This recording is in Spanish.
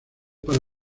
para